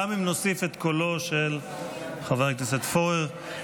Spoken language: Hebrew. גם אם נוסיף את קולו של חבר הכנסת פורר,